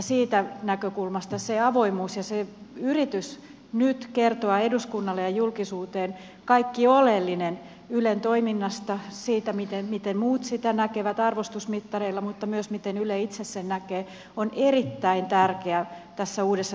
siitä näkökulmasta se avoimuus ja se yritys kertoa nyt eduskunnalle ja julkisuuteen kaikki oleellinen ylen toiminnasta siitä miten muut sen näkevät arvostusmittareilla mutta myös siitä miten yle itse sen näkee on erittäin tärkeää tässä uudessa todellisuudessa